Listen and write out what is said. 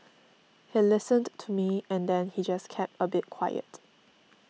he listened to me and then he just kept a bit quiet